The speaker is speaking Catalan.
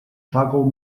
sòcol